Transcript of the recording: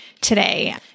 today